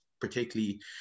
particularly